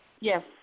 Yes